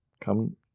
Come